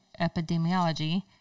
Epidemiology